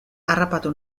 harrapatu